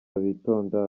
bitonda